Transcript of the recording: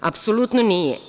Apsolutno nije.